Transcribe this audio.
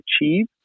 achieve